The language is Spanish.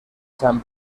san